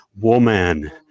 woman